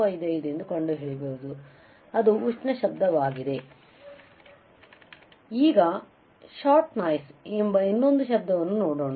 455 ಎಂದು ಕಂಡುಹಿಡಿಯಬಹುದು ಅದು ಉಷ್ಣ ಶಬ್ದವಾಗಿದೆ ಈಗ ಷಾಟ್ ನಾಯ್ಸ್ ಎಂಬ ಇನ್ನೊಂದು ಶಬ್ದವನ್ನು ನೋಡೋಣ